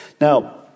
Now